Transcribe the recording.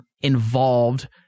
involved